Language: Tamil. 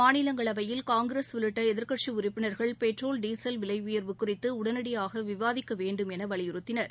மாநிலங்களவையில் காங்கிரஸ் உள்ளிட்ட எதிர்கட்சி உறுப்பினர்கள் பெட்ரோல் டீசல் விலை உயர்வு குறித்து உடனடியாக விவாதிக்க வேண்டும் என வலியுறுத்தினர்